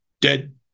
dead